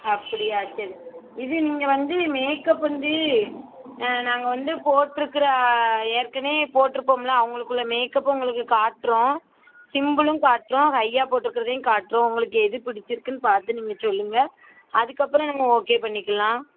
அப்படியா சரி இது நீங்கள் வந்து மேக்கப் வந்து நாங்கள் வந்து போட்ருக்கிற ஏற்கனவே போட்டுருப்போம்ல அவங்களுக்குள்ள மேக்கப்பை உங்களுக்கு காட்டுறோம் சிம்பிளும் காட்டுறோம் ஹையாக போட்ருக்கிறதையும் காட்டுறோம் உங்களுக்கு எது பிடிச்சிருக்குன்னு பார்த்து நீங்கள் சொல்லுங்கள் அதுக்கப்புறம் நம்ம ஓகே பண்ணிக்கலாம்